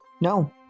No